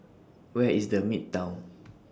Where IS The Midtown